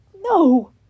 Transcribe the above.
No